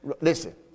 listen